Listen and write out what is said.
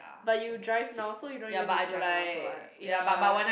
but you drive now so you don't even to like ya